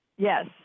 Yes